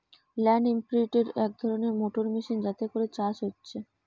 land ইমপ্রিন্টের এক ধরণের মোটর মেশিন যাতে করে চাষ হচ্ছে